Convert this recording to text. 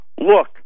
Look